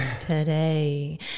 Today